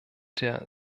der